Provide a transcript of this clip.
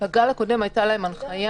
בגל הקודם הייתה להם הנחיה,